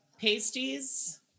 pasties